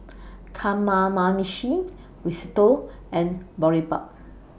Kamameshi Risotto and Boribap